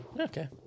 Okay